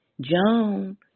Joan